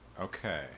Okay